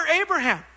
Abraham